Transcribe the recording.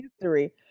history